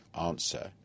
Answer